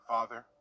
Father